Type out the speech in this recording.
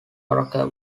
waronker